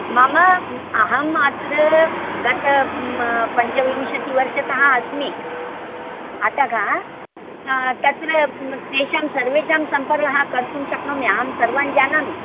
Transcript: मम अहम् अत्र गत आ पञ्चविंशतिवर्षतः अस्मि अतः तत्र तेषां सर्वेषां सम्पर्कं कर्तुं शक्नोमि अहं सर्वान् जानामि